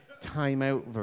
Time-out